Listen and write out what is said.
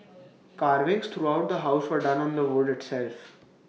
carvings throughout the house were done on the wood itself